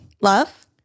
Love